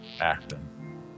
acting